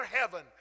heaven